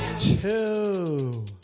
Two